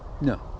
No